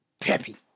peppy